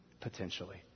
potentially